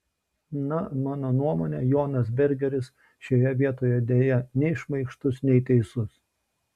na mano nuomone jonas bergeris šioje vietoje deja nei šmaikštus nei teisus